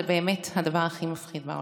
וזה באמת הדבר הכי מפחיד בעולם.